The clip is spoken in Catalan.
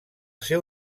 seu